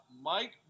Mike